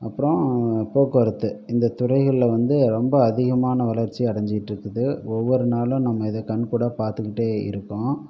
அப்புறம் போக்குவரத்து இந்த துறைகளில் வந்து ரொம்ப அதிகமான வளர்ச்சி அடைஞ்சிட்டுருக்குது ஒவ்வொரு நாளும் நம்ம இதை கண்கூடாக பார்த்துகிட்டே இருக்கோம்